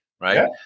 right